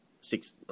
six